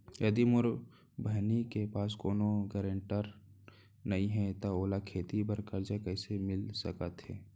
यदि मोर बहिनी के पास कोनो गरेंटेटर नई हे त ओला खेती बर कर्जा कईसे मिल सकत हे?